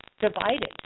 divided